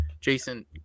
jason